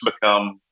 become